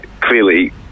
clearly